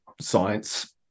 science